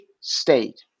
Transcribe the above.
state